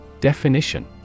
Definition